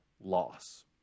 loss